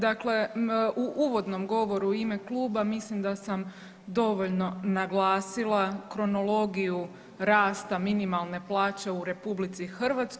Dakle, u uvodnom govoru u ime kluba mislim da sam dovoljno naglasila kronologiju rasta minimalne plaće u RH.